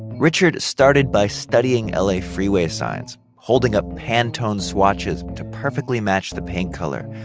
richard started by studying l a. freeway signs, holding up hand-toned swatches to perfectly match the paint color.